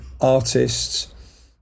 artists